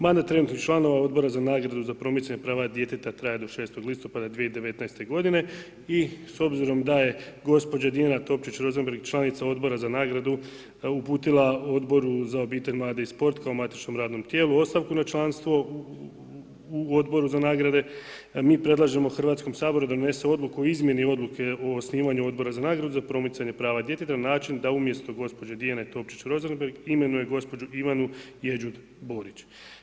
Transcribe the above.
Mandat trenutnih članova Odbora za nagradu za promicanje prava djeteta traje do 6. listopada 2019. godine i s obzirom da je gospođa Diana Topčić- Rosenberg, članica odbora za nagradu uputila Odboru za obitelj, mlade i sport kao matičnom radnom tijelu ostavku na članstvo u Odboru za nagrade mi predlažemo Hrvatskom saboru da donese Odluku o izmjeni Odluke o osnivanju Odbora za nagradu za promicanje prava djeteta na način da umjesto gospođe Diane Topčić Rosenberg imenuje gospođu Ivanu Jeđut Borić.